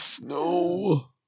No